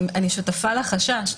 אבל אני שותפה לחשש.